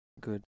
Good